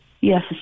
Yes